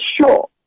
sure